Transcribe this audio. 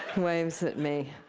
waves at me.